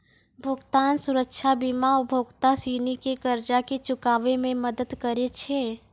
भुगतान सुरक्षा बीमा उपभोक्ता सिनी के कर्जा के चुकाबै मे मदद करै छै